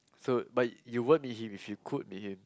so but you won't meet him if you could meet him